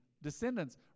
descendants